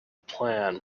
plan